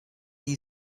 you